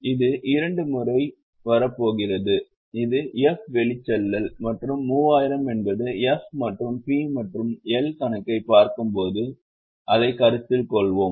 இது இரண்டு முறை வரப்போகிறது இது 'f' வெளிச்செல்லல் மற்றும் 3000 என்பது 'f' மற்றும் P மற்றும் L கணக்கைப் பார்க்கும்போது அதைக் கருத்தில் கொள்வோம்